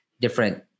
different